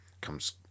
comes